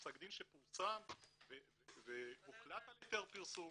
פסק דין שפורסם והוחלט על היתר פרסום,